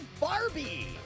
Barbie